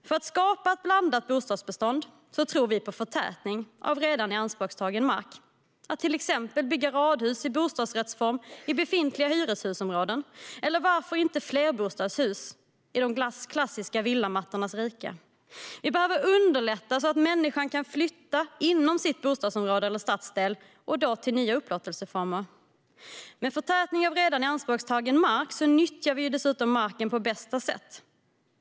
För att skapa ett blandat bostadsbestånd tror vi på förtätning av redan ianspråktagen mark, att till exempel bygga radhus i bostadsrättsform i befintliga hyreshusområden eller varför inte flerbostadshus i de klassiska villamattornas rike? Vi behöver underlätta för människor att flytta inom sitt bostadsområde eller sin stadsdel och då med nya upplåtelseformer. Med förtätning av redan ianspråktagen mark nyttjar vi dessutom marken på bästa sätt.